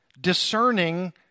discerning